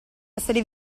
essere